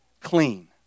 clean